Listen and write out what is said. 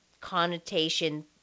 connotation